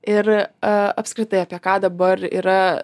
ir a apskritai apie ką dabar yra